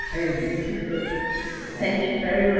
beautiful. thank you very